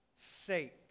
sake